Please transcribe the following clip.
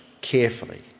carefully